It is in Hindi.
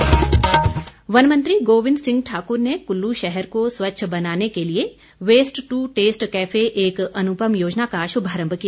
गोविंद ठाकुर वनमंत्री गोविंद सिंह ठाकुर ने कुल्लू शहर को स्वच्छ बनाने के लिए वेस्ट टू टेस्ट कैफे एक अनुपम योजना का शुभारंभ किया